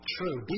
True